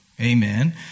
Amen